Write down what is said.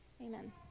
Amen